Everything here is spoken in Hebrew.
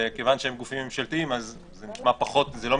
כיוון שהם גופים ממשלתיים אז זה לא מתחבר